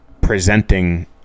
presenting